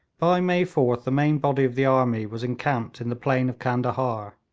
by may fourth the main body of the army was encamped in the plain of candahar.